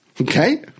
Okay